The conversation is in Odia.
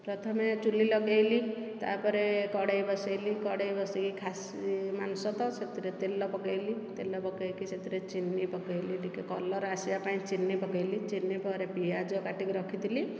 ପ୍ରଥମେ ଚୁଲି ଲଗାଇଲି ତାପରେ କଢ଼େଇ ବସାଇଲି କଡ଼େଇ ବସାଇକି ଖାସି ମାଂସ ତ ସେଥିରେ ତେଲ ପକାଇଲି ତେଲ ପକାଇକି ସେଥିରେ ଚିନି ପକାଇଲି ଟିକେ କଲର୍ ଆସିବା ପାଇଁ ଚିନି ପକାଇଲି ଚିନି ପରେ ପିଆଜ କାଟିକି ରଖିଥିଲି